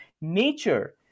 nature